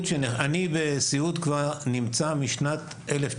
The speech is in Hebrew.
אני נמצא בתחום הזה כמטפל משנת 1985,